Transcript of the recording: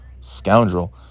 Scoundrel